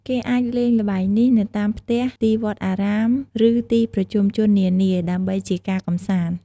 គេអាចល្បែងនេះនៅតាមផ្ទះ ទីវត្តអារាម ឬ ទីប្រជុំជននានា ដើម្បីជាការកំសាន្ត។